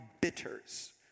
bitters